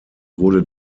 wurde